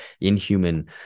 inhuman